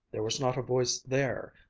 there was not a voice there,